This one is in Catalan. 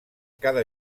cada